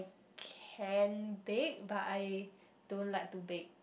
can bake but I don't like to bake